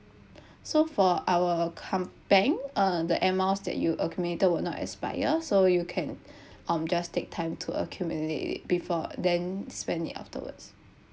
so for our campaign uh the Air Miles that you accumulated will not expired so you can um just take time to accumulate it before then spend it afterwards